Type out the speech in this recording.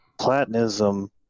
Platonism